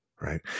right